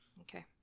Okay